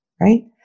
right